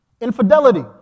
Infidelity